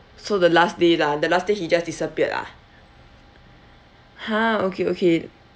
so the last day lah the last day he just disappeared ah !huh! okay okay